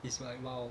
it's like !wow!